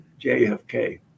JFK